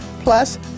plus